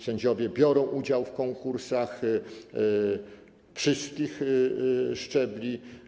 Sędziowie biorą udział w konkursach na wszystkich szczeblach.